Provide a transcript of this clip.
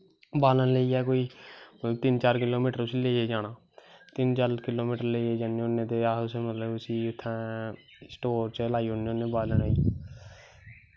बाल्लन लेईयै कोई तिन्न चार किल्लो मीटर लेईयै जाना ते तिन्न चार किल्लो मीटर लेईयै जाना ते उत्तां दा स्टोर चा लेआनें होनें आं बाल्लन अस